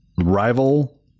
Rival